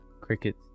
Cricket